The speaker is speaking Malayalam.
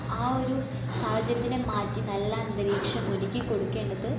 ആ ഒരു സാഹചര്യത്തിനെ മാറ്റി നല്ല അന്തരീക്ഷം ഒരുക്കി കൊടുക്കേണ്ടത്